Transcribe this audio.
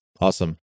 Awesome